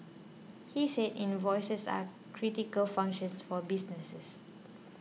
he said invoices are critical functions for businesses